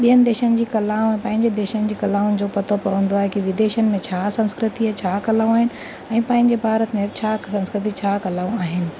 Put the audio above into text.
ॿियनि देशनि जी कलाउनि ऐं पंहिंजे देश जी कलाउनि जो पतो पवंदो आहे कि विदेशनि में छा संस्कृती आहे छा कलाऊं आहिनि ऐं पंहिंजे भारत में छा संस्कृती छा कलाऊं आहिनि